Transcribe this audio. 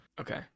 Okay